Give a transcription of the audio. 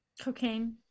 Cocaine